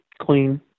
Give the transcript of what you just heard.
clean